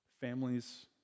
Families